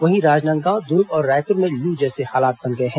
वहीं राजनांदगांव दुर्ग और रायपुर में लू जैसे हालात बन गए हैं